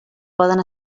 poden